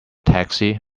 taxi